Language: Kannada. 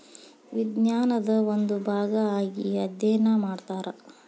ವಿಜ್ಞಾನದ ಒಂದು ಭಾಗಾ ಆಗಿ ಅದ್ಯಯನಾ ಮಾಡತಾರ